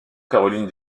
caroline